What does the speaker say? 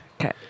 Okay